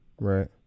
right